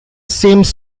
seems